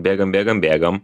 bėgam bėgam bėgam